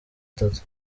atatu